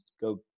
go